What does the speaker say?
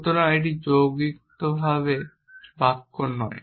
সুতরাং এটি যৌক্তিকভাবে একটি বাক্য নয়